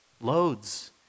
loads